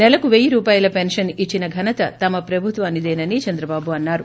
సెలకు పెయ్యి రూపాయల పెన్షన్ ఇచ్చిన ఘనత తమ ప్రభుత్వందేనని చంద్ర బాబు అన్నారు